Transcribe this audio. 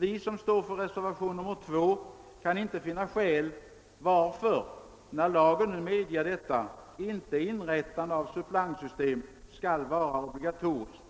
Vi som står för reservation 2 kan inte finna skäl varför — när lagen nu medger detta — inte inrättande av suppleantsystem skall vara obligatoriskt.